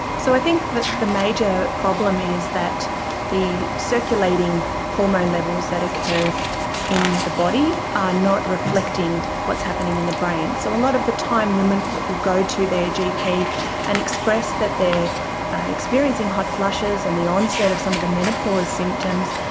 so i think that the major problem is that the circulating hormone levels that occur in the body are not reflecting what's happening in the brain. so a lot of the time women will go to their gp and express that they are experiencing hot flushes and the onset of some of the menopause symptoms,